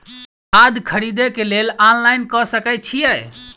खाद खरीदे केँ लेल ऑनलाइन कऽ सकय छीयै?